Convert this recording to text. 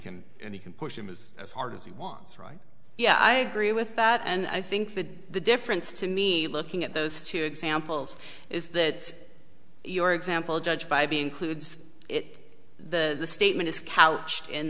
can and he can push him is as hard as he wants right yeah i agree with that and i think that the difference to me looking at those two examples is that your example judge by be includes it the statement is couched in